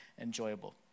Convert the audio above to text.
enjoyable